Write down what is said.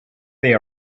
they